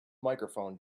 microphone